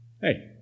Hey